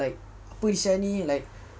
like apa sia ni like